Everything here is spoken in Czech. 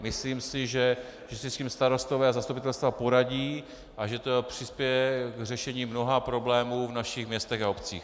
Myslím si, že si s tím starostové a zastupitelstva poradí a že to přispěje k řešení mnoha problémů v našich městech a obcích.